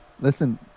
Listen